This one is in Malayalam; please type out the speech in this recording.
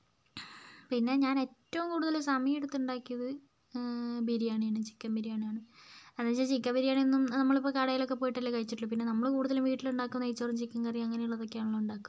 പിന്നെ ഞാൻ ഏറ്റവും കൂടുതല് സമയമെടുത്ത് ഉണ്ടാക്കിയത് ബിരിയാണിയാണ് ചിക്കൻ ബിരിയാണിയാണ് എന്ന് വെച്ചാൽ ചിക്കൻ ബിരിയാണി എന്നും നമ്മളിപ്പോൾ കടയിലൊക്കെ പോയിട്ടല്ലേ കഴിച്ചിട്ടുള്ളത് പിന്നെ നമ്മള് കൂടുതലും വീട്ടിലുണ്ടാക്കുന്നേ നെയ്ച്ചോറും ചിക്കൻ കറി അങ്ങനെയുള്ളതൊക്കെ ആണല്ലോ ഉണ്ടാക്കുക